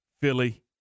Philly